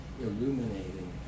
illuminating